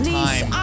time